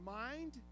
mind